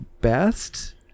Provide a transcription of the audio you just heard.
best